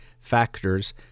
factors